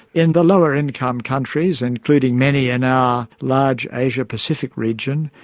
in the lower income countries, including many in our large asia pacific region,